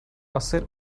hacer